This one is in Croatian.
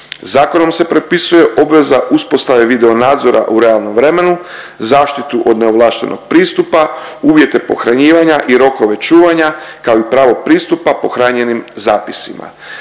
zakonom se propisuje obveza uspostave video nadzora u realnom vremenu, zaštitu od neovlaštenog pristupa, uvjete pohranjivanja i rokove čuvanja kao i pravog pristupa pohranjenim zapisima.